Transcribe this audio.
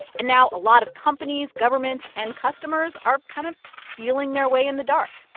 and now a lot of companies, governments and customers are kind of feeling their way in the dark